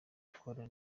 gukora